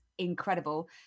incredible